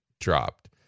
dropped